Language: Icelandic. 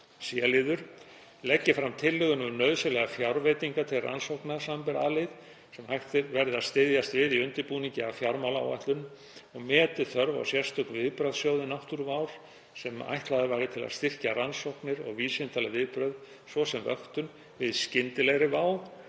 vá. c. Leggi fram tillögur um nauðsynlegar fjárveitingar til rannsókna, samanber a-lið, sem hægt verði að styðjast við í undirbúningi að fjármálaáætlun og meti þörf á sérstökum viðbragðssjóði náttúruvár sem ætlaður væri til að styrkja rannsóknir og vísindaleg viðbrögð, svo sem vöktun, við skyndilegri vá